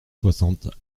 soixante